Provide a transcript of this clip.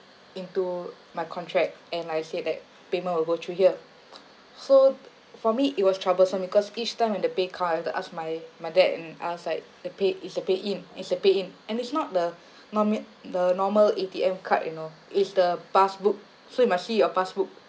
into my contract and I said that payment will go through here so for me it was troublesome because each time when the pay come I had to ask my my dad and ask like the pay is the pay in is the pay in and it's not the norma~ the normal A_T_M card you know it's the passbook so you must see your passbook